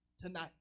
tonight